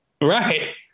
right